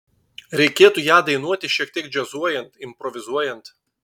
reikėtų ją dainuoti šiek tiek džiazuojant improvizuojant